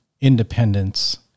independence